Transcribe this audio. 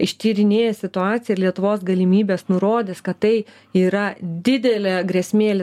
ištyrinėję situaciją ir lietuvos galimybės nurodys kad tai yra didelė grėsmė